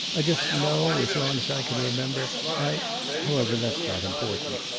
i just know, as long as i can remember, i however, that's not important.